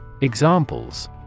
Examples